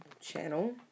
channel